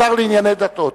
השר לענייני דתות.